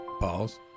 pause